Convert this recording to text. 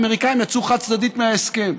האמריקנים יצאו חד-צדדית מההסכם.